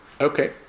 Okay